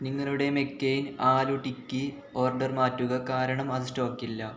നിങ്ങളുടെ McCain aloo tikki order മാറ്റുക കാരണം അത് സ്റ്റോക്കില്ല